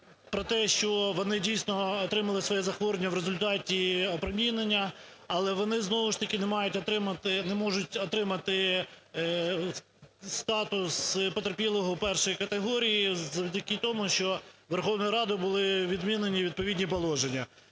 про те, що вони дійсно отримали своє захворювання в результаті опромінення, але вони, знову ж таки, не мають отримати... не можуть отримати статус потерпілого першої категорії завдяки тому, що Верховною Радою були відмінені відповідні положення.